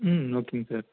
ம் ஓகேங்க சார்